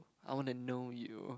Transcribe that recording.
I want to know you